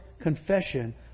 confession